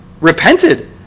repented